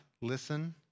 Listen